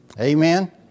Amen